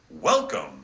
Welcome